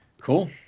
Cool